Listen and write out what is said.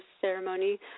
ceremony